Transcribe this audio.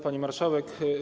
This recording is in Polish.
Pani Marszałek!